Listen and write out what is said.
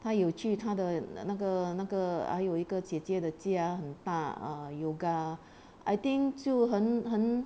他有去他的那个那个还有一个姐姐的家很大 yoga I think 就很很